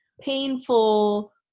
painful